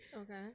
Okay